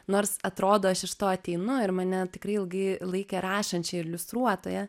nors atrodo aš iš to ateinu ir mane tikrai ilgai laikė rašančia iliustruotoja